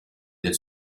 del